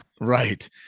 right